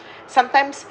sometimes